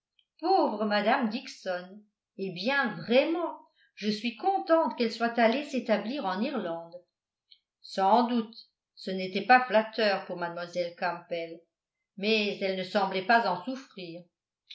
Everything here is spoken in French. pauvre mme dixon eh bien vraiment je suis contente qu'elle soit allée s'établir en irlande sans doute ce n'était pas flatteur pour mlle campbell mais elle ne semblait pas en souffrir